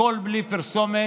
הכול בלי פרסומת,